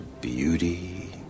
beauty